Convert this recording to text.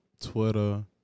Twitter